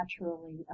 naturally